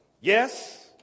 Yes